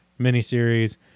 miniseries